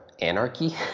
anarchy